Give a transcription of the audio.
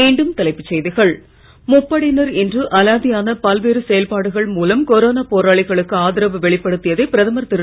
மீண்டும் தலைப்புச் செய்திகள் முப்படையினர் இன்று அலாதியான பல்வேறு செயல்பாடுகள் மூலம் கொரோனா போராளிகளுக்கு ஆதரவு வெளிப்படுத்தியதை பிரதமர் திரு